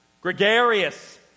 gregarious